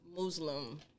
Muslim